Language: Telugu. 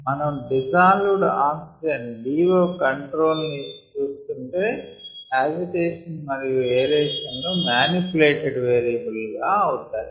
మనం DO కంట్రోల్ ను చూస్తుంటే యాజిటేషన్ మరియు ఏరేషన్ లు మానిప్యులేటెడ్ వేరియబుల్ అవుతాయి